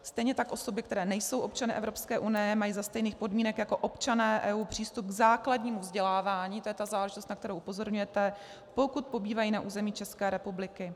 Stejně tak osoby, které nejsou osoby Evropské unie, mají za stejných podmínek jako občané EU přístup k základnímu vzdělávání to je ta záležitost, na kterou upozorňujete pokud pobývají na území České republiky.